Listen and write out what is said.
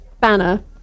banner